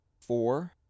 four